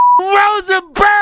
Rosenberg